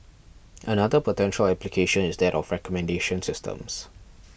another potential application is that of recommendation systems